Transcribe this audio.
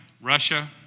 Russia